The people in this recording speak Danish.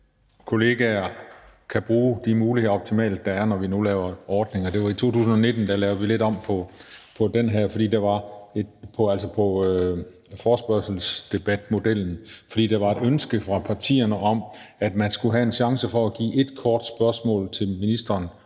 kollegaer kan bruge alle de muligheder optimalt, der er, når vi nu laver ordninger. I 2019 lavede vi lidt om på forespørgselsdebatmodellen, for der var et ønske fra partierne om, at man skulle have en chance for at stille et kort spørgsmål til ministeren,